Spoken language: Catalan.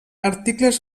articles